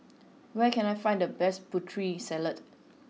where can I find the best Putri Salad